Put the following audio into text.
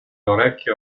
orecchie